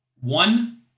One